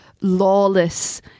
lawless